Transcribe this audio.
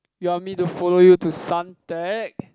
you want me to follow you to Suntec